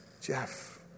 Jeff